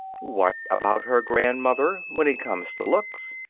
what about her grandmother, when it comes to looks!